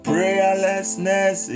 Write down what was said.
Prayerlessness